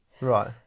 Right